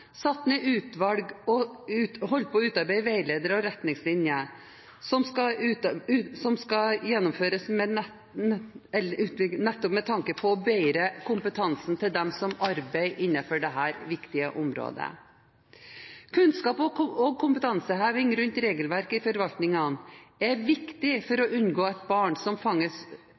satt i gang flere utredninger, har satt ned utvalg og holder på å utarbeide veiledere og retningslinjer, nettopp med tanke på å bedre kompetansen til dem som arbeider innenfor dette viktige området. Kunnskap og kompetanseheving rundt regelverket i forvaltningen er viktig for å unngå at barn som skal fanges